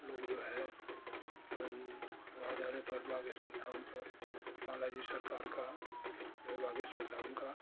लोग जो है वहाँ जाने पर बागेश्वर धाम पर बाला जी सरकार का बागेश्वर धाम का